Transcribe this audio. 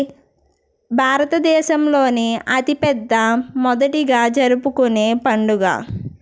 భారతదేశంలోనే అతిపెద్ద మొదటిగా జరుపుకునే పండుగ